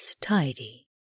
tidy